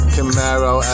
Camaro